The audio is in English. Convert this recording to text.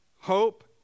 Hope